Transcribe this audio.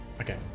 Okay